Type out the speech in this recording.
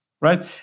right